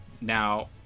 Now